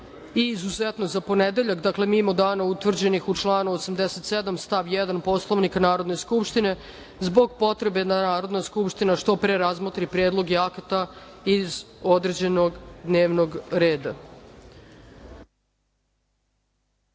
i, izuzetno, za ponedeljak, dakle, mimo dana utvrđenih u članu 87. stav 1. Poslovnika Narodne skupštine, zbog potrebe da Narodna skupština što pre razmotri predloge akata iz određenog dnevnog reda. Uz